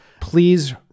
please